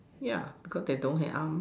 ya cause they don't have arms